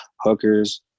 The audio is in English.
hookers